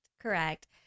Correct